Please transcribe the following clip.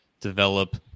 develop